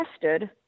tested